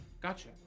gotcha